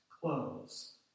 Clothes